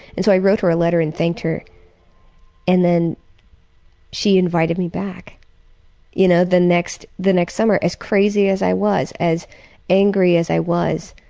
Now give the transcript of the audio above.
and so i wrote her a letter and thanked her and then she invited me back you know the next the next summer, as crazy as i was, as angry as i was,